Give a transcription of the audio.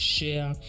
Share